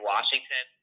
Washington